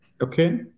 okay